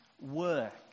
work